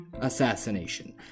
assassination